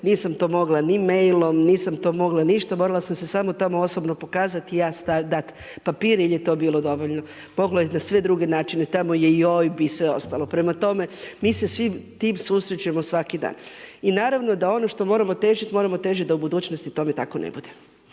Nisam to mogla ni mailom, nisam to mogla ništa, morala sam se samo tamo osobno pokazati i ja dat papir jel je to bilo dovoljno. … na sve druge načine, tamo je i OBI i sve ostalo. Prema tome, mi se s tim susrećemo svaki dan i naravno da ono što moramo težiti moramo težiti da u budućnosti tome tako ne bude.